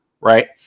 right